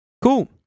Cool